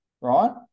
right